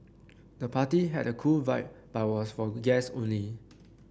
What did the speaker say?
the party had a cool vibe but was for guest only